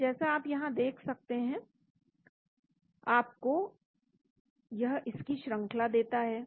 तो जैसा आप यहां देख सकते हैं यह आपको इसकी श्रंखला देता है